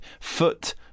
foot